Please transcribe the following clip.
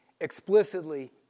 explicitly